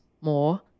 more